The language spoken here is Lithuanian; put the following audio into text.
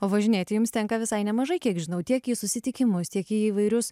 o važinėti jiems tenka visai nemažai kiek žinau tiek į susitikimus tiek į įvairius